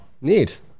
Neat